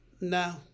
no